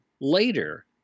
later